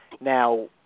Now